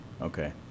Okay